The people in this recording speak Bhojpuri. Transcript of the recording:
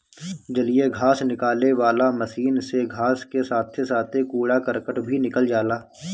जलीय घास निकाले वाला मशीन से घास के साथे साथे कूड़ा करकट भी निकल जाला